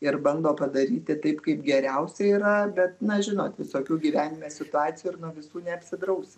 ir bando padaryti taip kaip geriausia yra bet na žinot visokių gyvenime situacijų ir nuo visų neapsidrausi